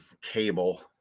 cable